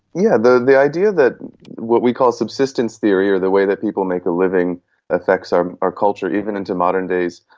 yeah the the idea that what we call subsistence theory or the way that people make a living affects our our culture, even into modern days,